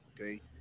okay